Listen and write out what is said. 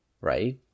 Right